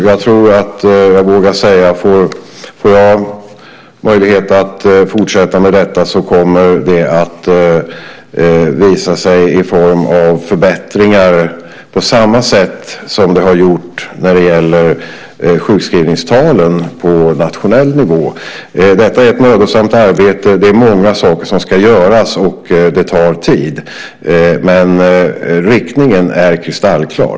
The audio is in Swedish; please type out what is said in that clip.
Jag tror att jag vågar säga att om jag får möjlighet att fortsätta med detta kommer det att visa sig i form av förbättringar på samma sätt som det har gjort när det gäller sjukskrivningstalen på nationell nivå. Detta är ett mödosamt arbete, det är många saker som ska göras och det tar tid, men riktningen är kristallklar.